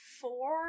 four